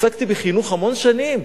עסקתי בחינוך המון שנים.